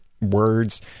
words